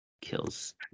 kills